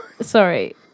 Sorry